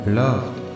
loved